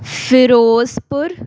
Firozpur